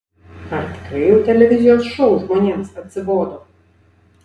ar tikrai jau televizijos šou žmonėms atsibodo